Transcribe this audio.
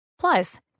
Plus